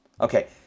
Okay